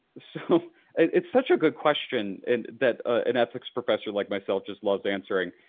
so it's such a good question and that an ethics professor like myself just loves answering.